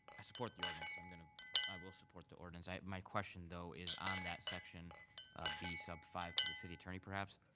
i support the ordinance, um kind of i will support the ordinance. my question though is on that section b sub five to the city attorney perhaps.